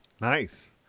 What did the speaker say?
Nice